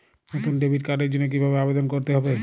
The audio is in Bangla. নতুন ডেবিট কার্ডের জন্য কীভাবে আবেদন করতে হবে?